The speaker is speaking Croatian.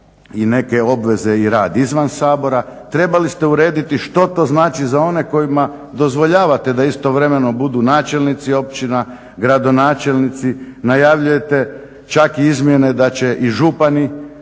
i neke obveze i rad izvan Sabora. Trebali ste urediti što to znači za one kojima dozvoljavate da istovremeno budu načelnici općina, gradonačelnici. Najavljujete čak i izmjene da će i župani